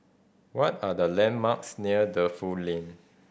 what are the landmarks near Defu Lane